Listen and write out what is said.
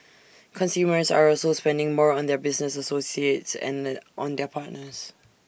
consumers are also spending more on their business associates and on their partners